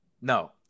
no